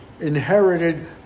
Inherited